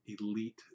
elite